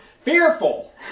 Fearful